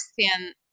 understand